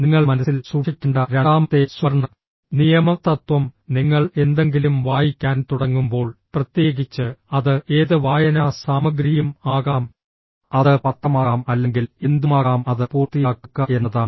നിങ്ങൾ മനസ്സിൽ സൂക്ഷിക്കേണ്ട രണ്ടാമത്തെ സുവർണ്ണ നിയമ തത്വം നിങ്ങൾ എന്തെങ്കിലും വായിക്കാൻ തുടങ്ങുമ്പോൾ പ്രത്യേകിച്ച് അത് ഏത് വായനാ സാമഗ്രിയും ആകാം അത് പത്രമാകാം അല്ലെങ്കിൽ എന്തുമാകാം അത് പൂർത്തിയാക്കുക്ക എന്നതാണ്